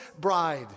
bride